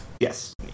Yes